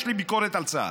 יש לי ביקורת על צה"ל,